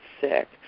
sick